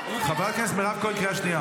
חברת הכנסת מירב כהן, את בקריאה ראשונה.